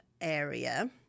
area